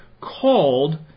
called